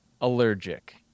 allergic